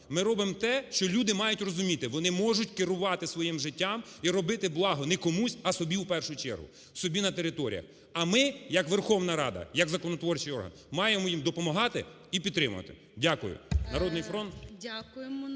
ми робимо те, що люди мають розуміти, вони можуть керувати своїм життям і робити благо не комусь, а собі, в першу чергу, собі на територіях. А ми, як Верховна Рада, як законотворчий орган, маємо їм допомагати і підтримувати. Дякую.